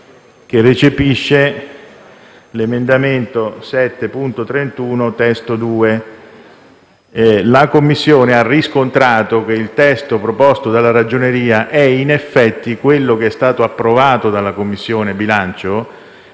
e recepisce l'emendamento 7.31 (testo 2). La Commissione ha riscontrato che il testo proposto dalla Ragioneria è in effetti quello che è stato approvato dalla Commissione bilancio;